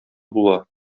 була